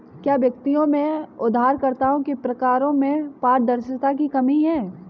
क्या व्यक्तियों में उधारकर्ताओं के प्रकारों में पारदर्शिता की कमी है?